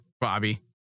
bobby